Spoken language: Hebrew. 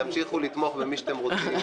תמשיכו לתמוך במי שאתם רוצים,